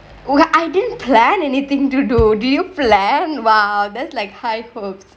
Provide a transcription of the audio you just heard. okay I didn't plan anythingk do do do you for land !wow! that's like high